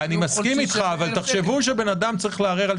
אני מסכים אתך, אבל תחשבו שאדם צריך לערער על